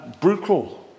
brutal